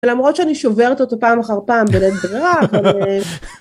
ולמרות שאני שוברת אותו פעם אחר פעם בלית ברירה, אני...